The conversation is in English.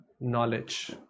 knowledge